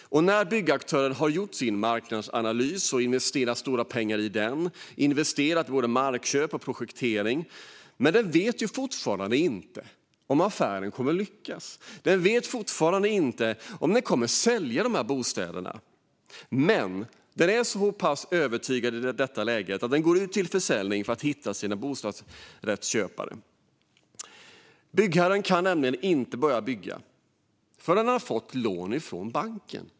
När byggaktören har gjort sin marknadsanalys och investerat stora pengar i markinköp och projektering vet den fortfarande inte om affären kommer att lyckas och om några bostäder kommer att säljas. Men i detta läge är den så pass övertygad att den lägger ut bostäderna till försäljning för att hitta bostadsrättsköpare. Byggherren kan nämligen inte börja bygga förrän den fått lån från banken.